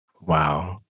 Wow